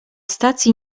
stacji